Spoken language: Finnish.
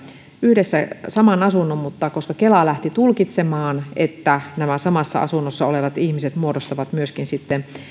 yhdessä saman asunnon mutta koska kela lähti tulkitsemaan että nämä samassa asunnossa olevat ihmiset muodostavat myöskin